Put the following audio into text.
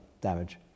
damage